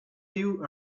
you